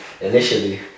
initially